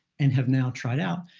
and have now tried out,